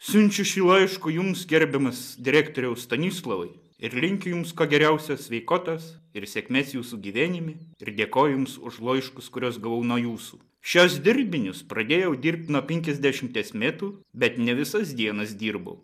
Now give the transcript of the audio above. siunčiu šį laišku jums gerbiamas direktoriau stanislovai ir linkiu jums kuo geriausios sveikotos ir sėkmės jūsų gyvenimi ir dėkoju jums už laiškus kuriuos gavau nuo jūsų šias dirbinius pradėjau dirbt nuo penkiasdešimties metų bet ne visas dienas dirbau